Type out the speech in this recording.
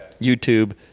YouTube